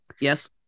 Yes